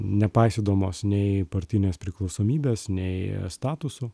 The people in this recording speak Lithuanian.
nepaisydamos nei partinės priklausomybės nei statusų